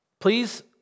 Please